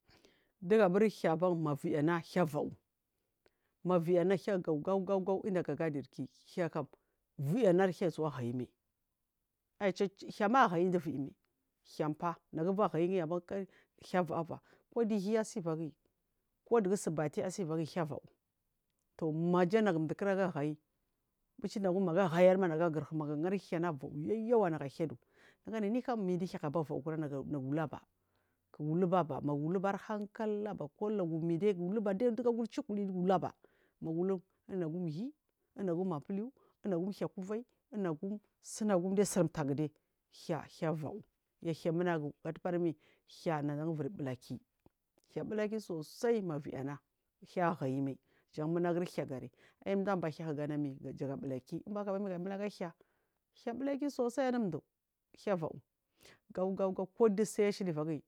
Dhaa ban ma vina dhaa va’u ma vina dhaa va’u gaugau da dadirki dhaa kan viii anari dhaa usuha a hayimai dhaa ma a hayi di viyi mai dhaa am para nagu iva hayi gin ba kai dhaa a va’u aba kadu hi ase vagin kodugu su bati asi vagin dhaa a va’u ɗo maja tu kraga hayi buchi nagum hayiri ma magu gurun ma hari dhaa na a varu yayi yawa kaga a hiya du naganu kikam mindu dhaa ku a ba va’ura nagu a luba ruguluba aba magula ba arhankal aba kolagu mi da kaluba kaduga a guri chikule guluba aba kugulu unagum hi unagum mampilu unagum dhaa ku vanyi unagum sunagum dai sir gu dai dhaa va’u yau dhaa munagu ga tubar me dhaa nag u ivir bula ki dhaa bullah ki sosai munagur hir ban aid aba dhaa gana me jaga bula ki inbahaka ba dhaa dhaa bula ko sosai anu du dhaa va’u gangan gan akadsu a yi shehi ivagini.